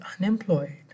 unemployed